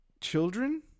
children